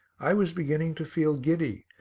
i was beginning to feel giddy,